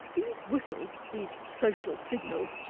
these whistles, these social signals,